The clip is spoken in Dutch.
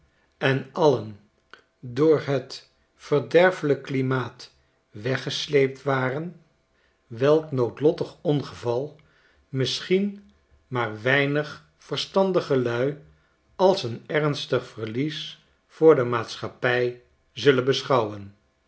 en alien door het verderfelijk klimaat weggesleept waren welk noodlottig ongeval misschien maar weinig verstandige lui als een ernstig verlies voor de maatschappij zullen beschouwen